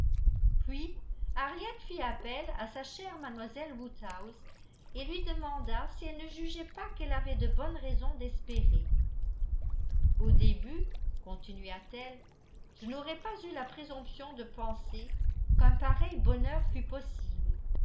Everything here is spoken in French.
puis henriette fit appel à sa chère mlle woodhouse et lui demanda si elle ne jugeait pas qu'elle avait de bonnes raisons d'espérer au début continua-t-elle je n'aurais pas eu la présomption de penser qu'un pareil bonheur fût possible